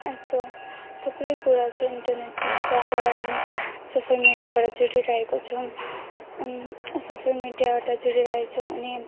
यस्तो थुप्रै कुरा छ इन्टरनेटमा जहाँबाट हामी सोसियल मिडियाबाट जुडिरहेको छौँ सोसियल मिडियाबाट जुडिरहेछौँ